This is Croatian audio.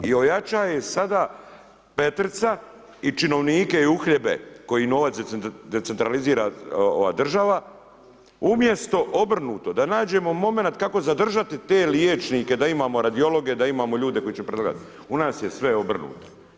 I ojača je sada Petrica i činovnike i uhljebe koji novac decentralizira država, umjesto obrnuto, da nađemo momenat kako zadržati te liječnike, da imao radiologe, da imamo ljude koji će pregledat, u nas je sve obrnuto.